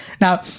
Now